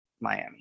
Miami